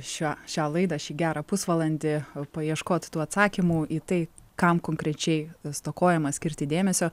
šią šią laidą šį gerą pusvalandį paieškot tų atsakymų į tai kam konkrečiai stokojama skirti dėmesio